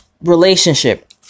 relationship